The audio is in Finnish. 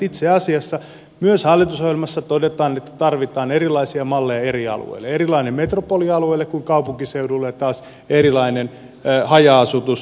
itse asiassa myös hallitusohjelmassa todetaan että tarvitaan erilaisia malleja eri alueille erilainen metropolialueelle kuin kaupunkiseudulle ja taas erilainen haja asutusalueelle